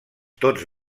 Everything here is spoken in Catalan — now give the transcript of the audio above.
tots